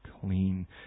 clean